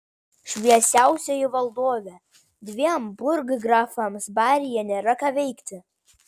šviesiausioji valdove dviem burggrafams baryje nėra ką veikti